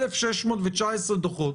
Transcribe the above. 1,619 דוחות